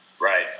Right